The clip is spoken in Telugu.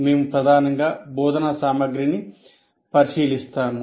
మేము ప్రధానంగా బోధనా సామగ్రిని పరిశీలిస్తాము